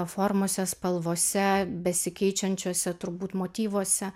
formose spalvose besikeičiančiose turbūt motyvuose